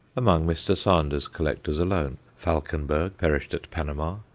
among mr. sander's collectors alone, falkenberg perished at panama,